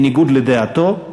בניגוד לדעתו,